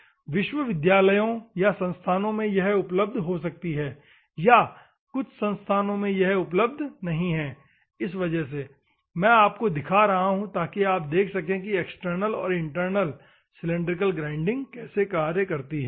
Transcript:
कई विश्वविद्यालयों या संस्थानों में यह उपलब्ध हो सकती है और कुछ संस्थानों में यह उपलब्ध नहीं है इस वजह से मैं आपको दिखा रहा हूं ताकि आप देख सकें कि एक्सटर्नल और इंटरनल सिलिंड्रिकल ग्राइंडिंग कैसे काम करती है